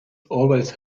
always